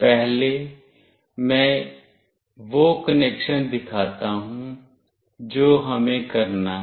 पहले मैं वह कनेक्शन दिखाता हूं जो हमें करना है